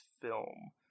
film